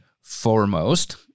foremost